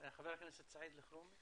חבר הכנסת סעיד אלחרומי.